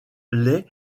les